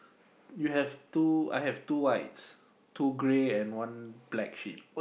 you have two I have two white two grey and one black sheep